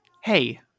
Hey